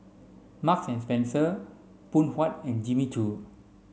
Marks and Spencer Phoon Huat and Jimmy Choo